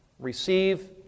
Receive